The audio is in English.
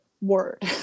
word